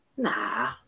Nah